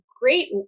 great